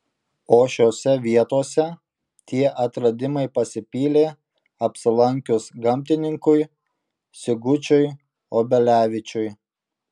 o šiose vietose tie atradimai pasipylė apsilankius gamtininkui sigučiui obelevičiui